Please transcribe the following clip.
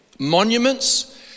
Monuments